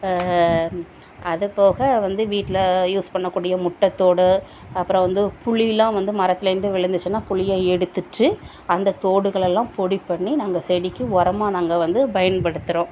அதுபோக வந்து வீட்டில் யூஸ் பண்ணக்கூடிய முட்டைத்தோடு அப்புறம் வந்து புளியெலாம் வந்து மரத்திலே இருந்து விழுந்துச்சுனா புளியை எடுத்துவிட்டு அந்த தோடுகள் எல்லாம் பொடி பண்ணி நாங்கள் செடிக்கு உரமாக நாங்கள் வந்து பயன்படுத்துகிறோம்